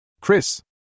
Chris